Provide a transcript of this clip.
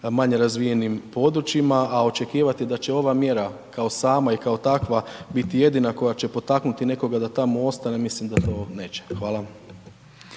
manje razvijenim područjima, a očekivati da će ova mjera kao sama i kao takva biti jedina koja će potaknuti nekoga da tamo ostane, mislim da to neće. Hvala.